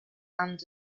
and